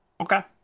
Okay